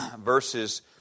verses